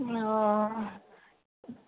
मैं आह